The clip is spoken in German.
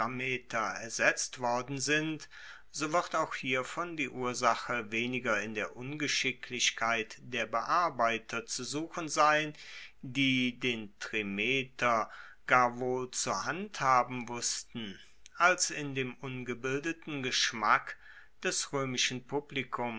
ersetzt worden sind so wird auch hiervon die ursache weniger in der ungeschicklichkeit der bearbeiter zu suchen sein die den trimeter gar wohl zu handhaben wussten als in dem ungebildeten geschmack des roemischen